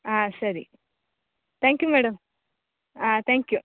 ಹಾಂ ಸರಿ thank you madam ಹಾಂ ತ್ಯಾಂಕ್ ಯು